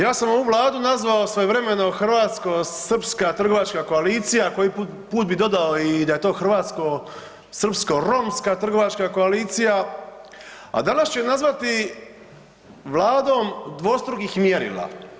Ja sam ovu Vladu nazvao svojevremeno hrvatsko-srpska trgovačka koalicija koji put bi dodao i da je hrvatsko-srpsko-romska trgovačka koalicija a danas ću je nazvati Vladom dvostrukih mjerila.